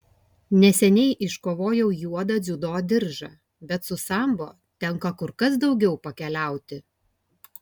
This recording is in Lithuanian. neseniai iškovojau juodą dziudo diržą bet su sambo tenka kur kas daugiau pakeliauti